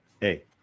hey